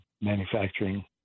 manufacturing